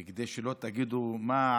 וכדי שלא תגידו מה,